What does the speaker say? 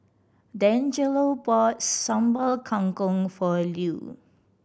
Dangelo bought Sambal Kangkong for Lew